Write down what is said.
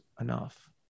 enough